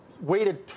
Weighted